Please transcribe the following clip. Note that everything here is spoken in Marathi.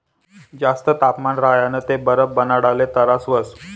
जास्त तापमान राह्यनं ते बरफ बनाडाले तरास व्हस